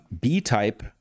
B-Type